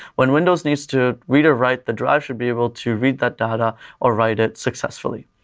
when windows needs to read or write, the drive should be able to read that data or write it successfully.